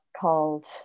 called